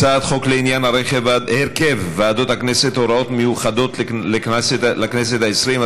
הצעת חוק לעניין הרכב ועדות הכנסת בכנסת (הוראות מיוחדות לכנסת העשרים),